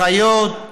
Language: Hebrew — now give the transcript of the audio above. אחיות,